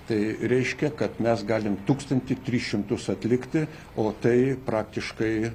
tai reiškia kad mes galim tūkstantį tris šimtus atlikti o tai praktiškai